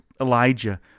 elijah